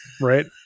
Right